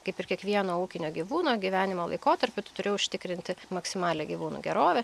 kaip ir kiekvieno ūkinio gyvūno gyvenimo laikotarpiu tu turi užtikrinti maksimalią gyvūnų gerovę